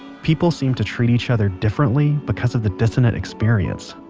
people seem to treat each other differently because of the dissonant experience